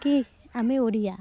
କି ଆମେ ଓଡ଼ିଆ